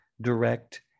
direct